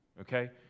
Okay